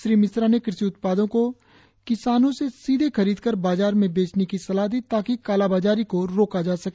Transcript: श्री मिश्रा ने कृषि उत्पादों को किसानों से सीधे खरीद कर बाजार में बेचने की सलाह दी ताकि कालाबाजारी को रोका जा सके